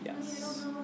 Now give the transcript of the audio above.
Yes